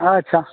अच्छा